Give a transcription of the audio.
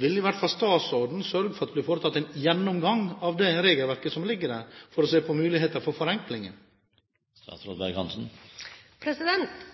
Vil i hvert fall statsråden sørge for at det blir foretatt en gjennomgang av det regelverket som ligger der, for å se på muligheten for